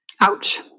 Ouch